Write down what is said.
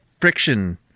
friction